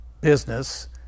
business